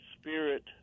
spirit